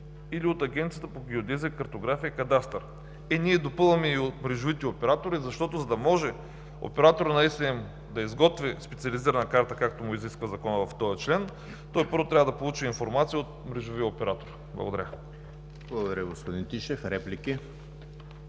или от Агенцията по геодезия, картография и кадастър“. Ние допълваме „и от мрежовите оператори“, защото за да може оператора на ЕСМ да изготви специализирана карта, както му изисква Законът в този член, той първо трябва да получи информация от мрежовия оператор. Благодаря. ПРЕДСЕДАТЕЛ ЕМИЛ ХРИСТОВ: Благодаря, господин Тишев. Реплики?